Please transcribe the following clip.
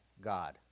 God